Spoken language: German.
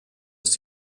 ist